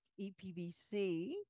EPBC